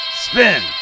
spin